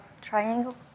triangle